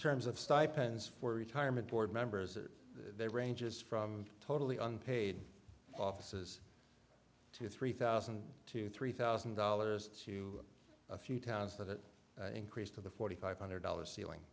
terms of stipends for retirement board members and they ranges from totally unpaid offices to three thousand to three thousand dollars to a few towns that increase to the forty five hundred dollars ceiling